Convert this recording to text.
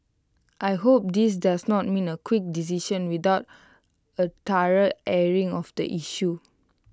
I hope this does not mean A quick decision without A thorough airing of the issue